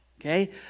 okay